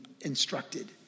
instructed